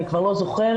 אני כבר לא זוכרת,